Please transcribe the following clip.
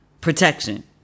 Protection